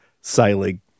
sailing